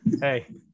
Hey